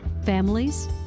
families